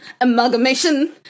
amalgamation